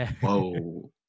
Whoa